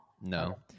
No